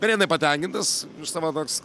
ganėtinai patenkintas iš savo versl